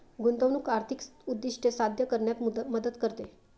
गुंतवणूक आर्थिक उद्दिष्टे साध्य करण्यात मदत करते